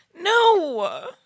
No